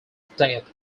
death